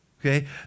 Okay